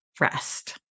rest